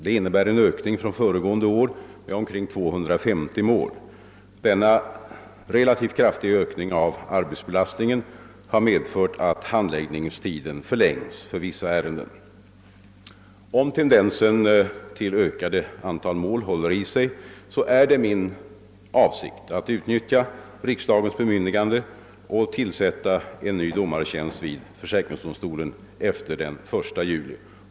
Det innebär en ökning från föregående år med omkring 250 mål. Denna relativt kraftiga ökning av arbetsbelastningen har medfört att handläggningstiden förlängts för vissa ärenden. Om tendensen till ett ökande antal mål håller i sig är det min avsikt att utnyttja riksdagens bemyndigande och tillsätta en ny domartjänst vid försäkringsdomstolen efter den 1 juli.